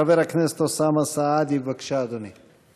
חבר הכנסת אוסאמה סעדי, בבקשה, אדוני.